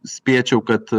spėčiau kad